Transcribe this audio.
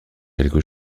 quelque